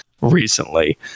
recently